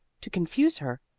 to confuse her.